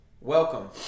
Welcome